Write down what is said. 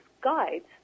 guides